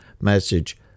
message